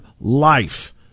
life